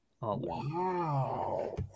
Wow